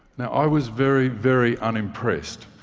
i was very very unimpressed.